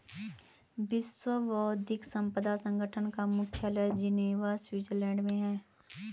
विश्व बौद्धिक संपदा संगठन का मुख्यालय जिनेवा स्विट्जरलैंड में है